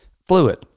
Fluid